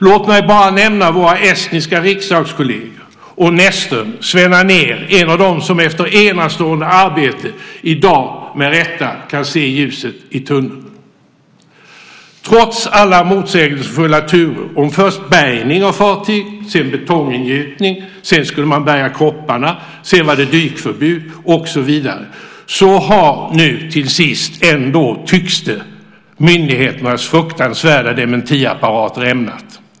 Låt mig bara nämna våra estniska riksdagskolleger och nestorn Sven Anér, som är en av dem som efter ett enastående arbete i dag med rätta kan se ljuset i tunneln. Trots alla motsägelsefulla turer, först om bärgning av fartyget, sedan om betongingjutning, bärgning av kropparna, dykförbud och så vidare, har nu till sist ändå, tycks det, myndigheternas fruktansvärda dementiapparat rämnat.